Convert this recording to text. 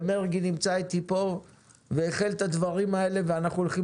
ומרגי נמצא איתי פה והחל את הדברים האלה ואנחנו הולכים